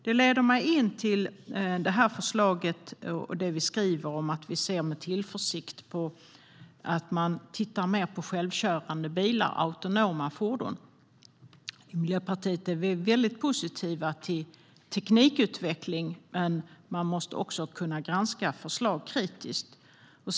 Detta leder mig in på vårt förslag om att vi ser med tillförsikt på att man tittar mer på självkörande bilar - autonoma fordon. I Miljöpartiet är vi väldigt positiva till teknikutveckling, men man måste också kunna granska förslag kritiskt.